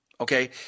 Okay